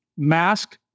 mask